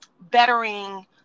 bettering